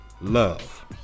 love